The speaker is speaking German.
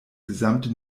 gesamte